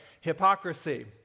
hypocrisy